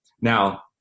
Now